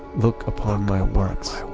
look upon my works,